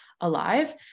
alive